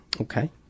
Okay